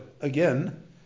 again